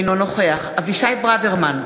אינו נוכח אבישי ברוורמן,